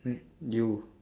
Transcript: you